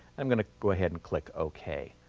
i'm going to go ahead and click okay.